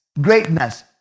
greatness